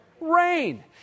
Rain